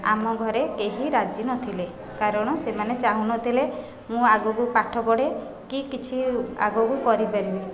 ଆମ ଘରେ କେହି ରାଜି ନଥିଲେ କାରଣ ସେମାନେ ଚାହୁଁନଥିଲେ ମୁଁ ଆଗକୁ ପାଠ ପଢ଼େ କି କିଛି ଆଗକୁ କରିପାରିବି